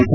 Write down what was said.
T